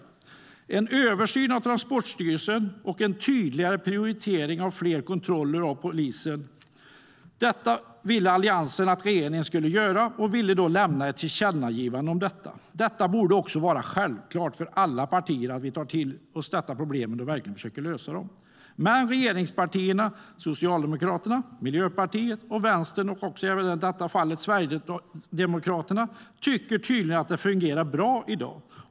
Alliansen ville att regeringen skulle göra en översyn av Transportstyrelsen och en tydligare prioritering av fler poliskontroller, och vi ville ge ett tillkännagivande om detta. Det borde vara självklart för alla partier att vi tar till oss dessa problem och verkligen försöker lösa dem. Men regeringspartierna Socialdemokraterna och Miljöpartiet, samt Vänstern och i detta fall även Sverigedemokraterna, tycker tydligen att det fungerar bra i dag.